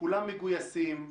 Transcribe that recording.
כולם מגויסים,